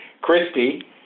Christy